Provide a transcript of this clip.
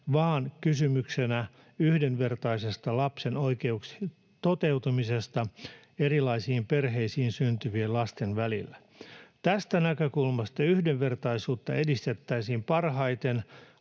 vaan kysymyksenä yhdenvertaisesta lapsen oikeuksien toteutumisesta erilaisiin perheisiin syntyvien lasten välillä. Tästä näkökulmasta yhdenvertaisuutta edistettäisiin parhaiten